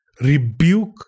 rebuke